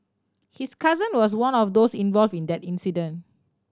his cousin was one of those involve in that incident